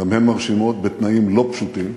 גם הן מרשימות, בתנאים לא פשוטים,